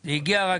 כי זה הגיע רק